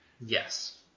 Yes